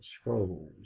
scrolls